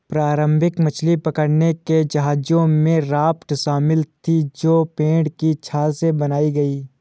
प्रारंभिक मछली पकड़ने के जहाजों में राफ्ट शामिल थीं जो पेड़ की छाल से बनाई गई